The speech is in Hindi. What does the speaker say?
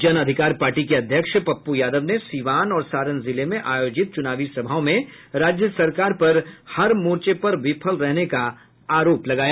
जन अधिकार पार्टी के अध्यक्ष पप्पू यादव ने सीवान और सारण जिले में आयोजित चुनावी सभाओं में राज्य सरकार पर हर मोर्चे पर विफल रहने का आरोप लगाया